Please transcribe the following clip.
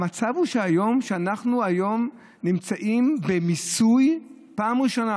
המצב הוא שאנחנו היום נמצאים פעם ראשונה,